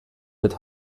mit